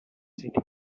city